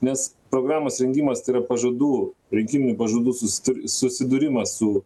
nes programos rengimas tai yra pažadų rinkiminių pažadų susti susidūrimas su